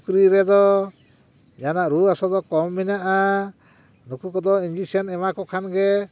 ᱥᱩᱠᱨᱤ ᱨᱮᱫᱚ ᱡᱟᱦᱟᱱᱟᱜ ᱨᱩᱣᱟᱹ ᱦᱟᱥᱳ ᱫᱚ ᱠᱚᱢ ᱢᱮᱱᱟᱜᱼᱟ ᱱᱩᱠᱩ ᱠᱚᱫᱚ ᱤᱧᱡᱮᱠᱥᱮᱱ ᱮᱢᱟ ᱠᱚ ᱠᱷᱟᱱ ᱜᱮ